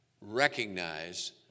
recognize